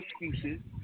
excuses